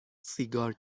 سیگار